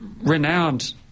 renowned